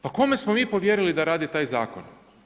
Pa kome smo mi povjerili da rade taj zakon?